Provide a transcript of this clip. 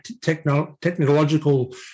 technological